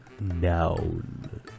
noun